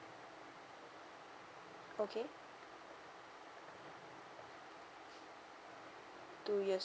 okay two years